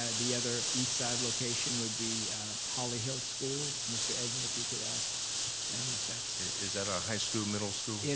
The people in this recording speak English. ah the other eastside location would be holly hill school. mr. egnor, if you could ask them if that's is that a high school, middle school? yeah